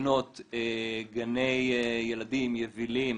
לבנות גני ילדים יבילים